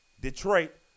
Detroit